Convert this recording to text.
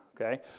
okay